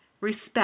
respect